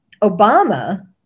Obama